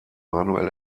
manuel